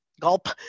gulp